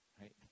right